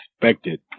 expected